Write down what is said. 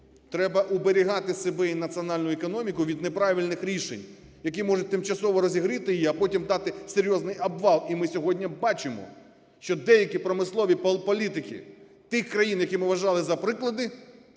треба уберігати себе і національну економіку від неправильних рішень, які можуть тимчасово розігріти її, а потім дати серйозний обвал. І ми сьогодні бачимо, що деякі промислові політики тих країн, які ми вважали за приклади,